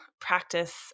practice